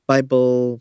Bible